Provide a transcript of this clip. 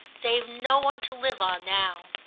they've no one to live on now.